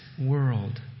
world